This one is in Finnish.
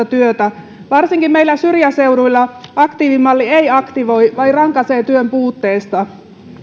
työtä varsinkin meillä syrjäseuduilla aktiivimalli ei aktivoi vain rankaisee työn puutteesta